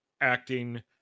acting